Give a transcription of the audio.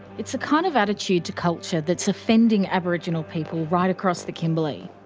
it's the kind of attitude to culture that's offending aboriginal people right across the kimberley.